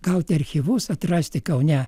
gauti archyvus atrasti kaune